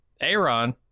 Aaron